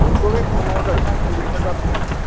ফুলকপি পনেরো টাকা কুড়ি টাকা পিস